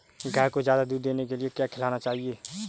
गाय को ज्यादा दूध देने के लिए क्या खिलाना चाहिए?